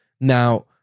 Now